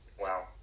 Wow